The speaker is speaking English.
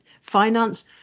finance